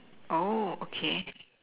oh okay